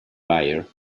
buyer